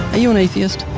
are you an atheist?